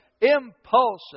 impulsive